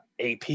AP